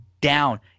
down